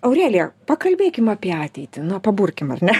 aurelija pakalbėkim apie ateitį nu paburkim ar ne